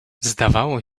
zdawało